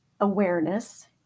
awareness